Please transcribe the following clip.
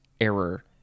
error